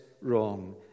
wrong